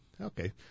Okay